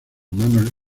manos